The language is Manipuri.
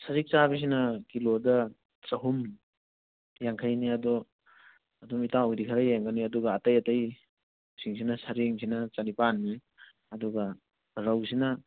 ꯁꯖꯤꯛ ꯆꯥꯕꯤꯁꯤꯅ ꯀꯤꯂꯣꯗ ꯆꯍꯨꯝ ꯌꯥꯡꯈꯩꯅꯤ ꯑꯗꯣ ꯑꯗꯨꯝ ꯏꯇꯥꯎꯒꯤꯗꯤ ꯈꯔ ꯌꯦꯡꯒꯅꯤ ꯑꯗꯨꯒ ꯑꯇꯩ ꯑꯇꯩꯁꯤꯡꯁꯤꯅ ꯁꯔꯦꯡꯁꯤꯅ ꯆꯅꯤꯄꯥꯟꯅꯤ ꯑꯗꯨꯒ ꯔꯧꯁꯤꯅ